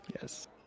Yes